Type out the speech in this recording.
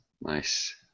Nice